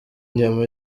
inyama